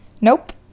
Nope